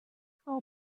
frau